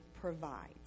provides